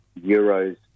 euros